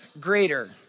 greater